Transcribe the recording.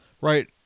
right